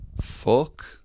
Fuck